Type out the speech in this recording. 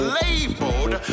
labeled